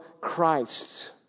Christ